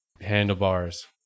handlebars